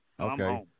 Okay